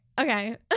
Okay